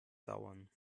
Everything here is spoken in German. dauern